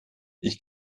ich